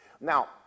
Now